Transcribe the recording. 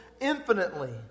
infinitely